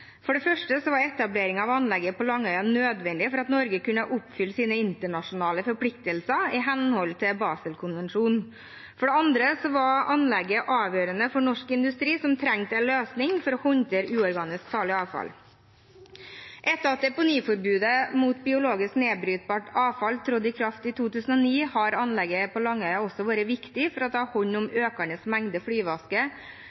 av anlegget på Langøya nødvendig for at Norge kunne oppfylle sine internasjonale forpliktelser i henhold til Baselkonvensjonen. For det andre var anlegget avgjørende for norsk industri, som trengte en løsning for å håndtere uorganisk farlig avfall. Etter at deponiforbudet mot biologisk nedbrytbart avfall trådte i kraft i 2009, har anlegget på Langøya også vært viktig for å ta hånd om